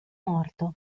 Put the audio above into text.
morto